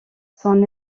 son